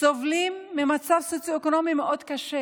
סובלים ממצב סוציו-אקונומי מאוד קשה